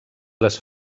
les